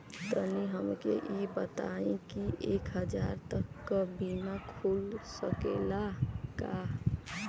तनि हमके इ बताईं की एक हजार तक क बीमा खुल सकेला का?